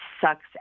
sucks